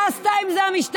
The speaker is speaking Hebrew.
מה עשתה עם זה המשטרה?